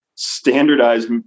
standardized